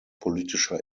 politischer